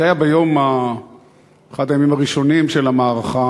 זה היה באחד הימים הראשונים של המערכה.